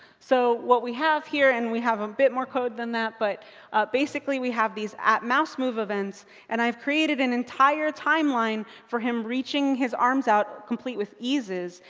so what we have here. and we have a bit more code than that. but basically we have these atmousemove events, and i've created an entire timeline for him reaching his arms out, complete with eases,